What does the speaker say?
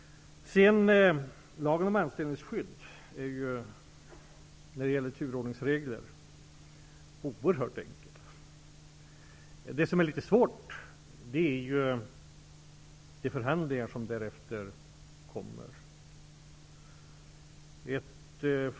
Lagen om anställningsskydd är oerhört enkel när det gäller turordningsregler. Det som är svårt är de förhandlingar som därefter kommer.